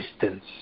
distance